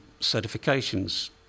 certifications